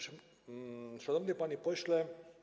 Szanowny Panie Pośle!